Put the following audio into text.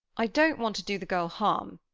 i don't want to do the girl harm,